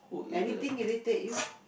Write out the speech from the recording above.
anything irritate you